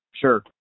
Sure